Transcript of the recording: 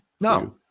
No